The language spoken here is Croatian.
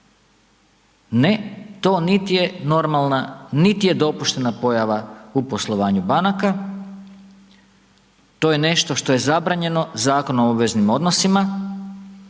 Ne, to niti je normalna, niti je dopuštena pojava u poslovanju banaka, to je nešto što je zabranjeno Zakonom o obveznim odnosima